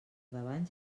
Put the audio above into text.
davant